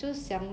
mm